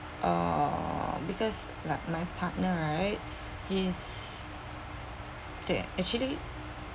err because like my partner right his they actually